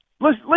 Listen